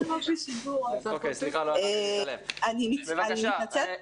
אני מתנצלת.